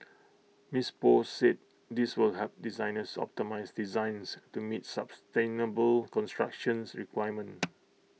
miss Poh said this will help designers optimise designs to meet sustainable constructions requirements